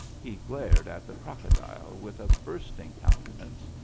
he glared at the crocodile with a bursting countenance,